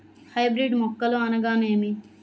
Hybrid మొక్కలు అనగానేమి?